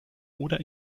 oder